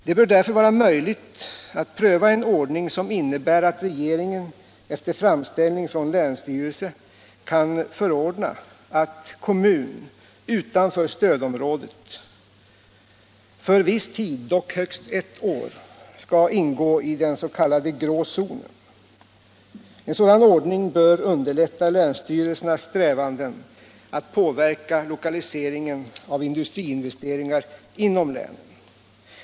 Det bör därför vara möjligt att pröva en ordning som innebär att regeringen efter framställning från länsstyrelse kan förordna att kommun utanför stödområdet för viss tid, dock högst ett år, skall ingå i den s.k. grå zonen. En sådan ordning bör underlätta länsstyrelsernas strävanden att påverka lokaliseringen av industriinvesteringar inom länen.